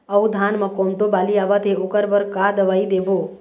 अऊ धान म कोमटो बाली आवत हे ओकर बर का दवई देबो?